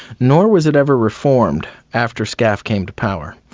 nor was it ever reformed after scaf came to power.